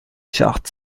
chart